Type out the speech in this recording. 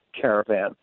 caravan